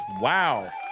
Wow